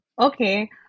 Okay